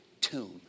tomb